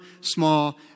small